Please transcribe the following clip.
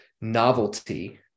novelty